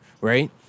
Right